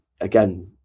again